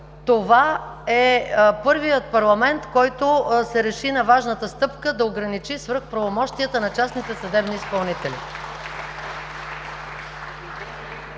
Това е първият парламент, който се реши на важната стъпка да ограничи свръхправомощията на частните съдебни изпълнители.